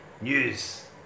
news